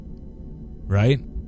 right